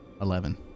Eleven